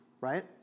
right